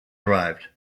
arrived